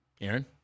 Aaron